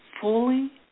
fully